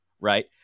right